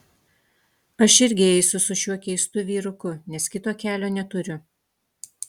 aš irgi eisiu su šiuo keistu vyruku nes kito kelio neturiu